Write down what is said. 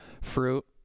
fruit